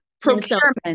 procurement